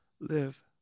live